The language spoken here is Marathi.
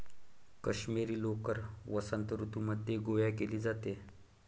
काश्मिरी लोकर वसंत ऋतूमध्ये गोळा केली जाते